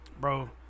Bro